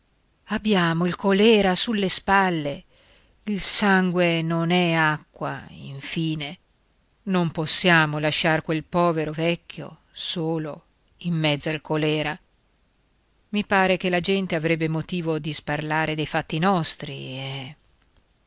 abbiamo il colèra sulle spalle il sangue non è acqua infine non possiamo lasciare quel povero vecchio solo in mezzo al colèra i pare che la gente avrebbe motivo di sparlare dei fatti nostri eh